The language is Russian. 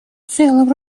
целом